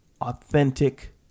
authentic